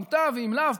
מוטב ואם לאו,